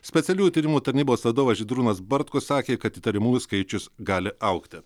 specialiųjų tyrimų tarnybos vadovas žydrūnas bartkus sakė kad įtariamųjų skaičius gali augti